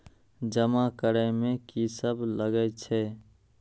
जमा करे में की सब लगे छै?